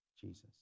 Jesus